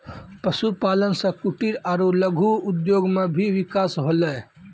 पशुपालन से कुटिर आरु लघु उद्योग मे भी बिकास होलै